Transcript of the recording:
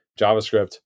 JavaScript